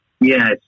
Yes